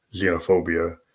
xenophobia